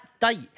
date